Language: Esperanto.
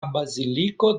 baziliko